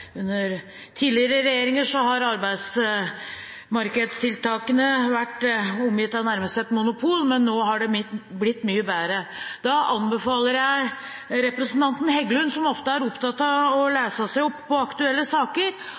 under tidligere regjeringer har arbeidsmarkedstiltakene nærmest vært omgitt av et monopol, men nå har det blitt mye bedre. Jeg anbefaler representanten Heggelund, som ofte er opptatt av å lese seg opp på aktuelle saker,